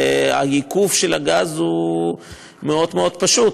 והעיכוב של הגז הוא מאוד מאוד פשוט,